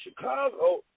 Chicago